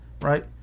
right